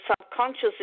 subconscious